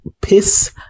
piss